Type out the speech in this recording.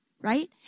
right